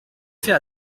fait